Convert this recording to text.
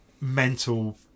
mental